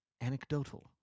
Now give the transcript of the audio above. anecdotal